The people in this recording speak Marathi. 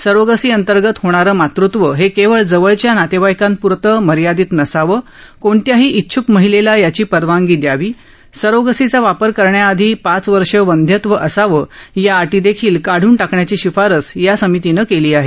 सरोगसी अंतर्गत होणारं मातृत्व हे केवळ जवळच्या नातेवाइकांप्रतं मर्यादित नसावं कोणत्याही इच्छ्क महिलेला याची परवानगी द्यावी सरोगसीचा वापर करण्याआधी पाच वर्ष वंध्यत्व असावं या अटी देखील काढून टाकण्याची शिफारस या समितीनं केली आहे